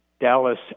Dallas